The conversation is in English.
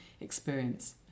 experience